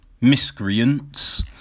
miscreants